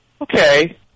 Okay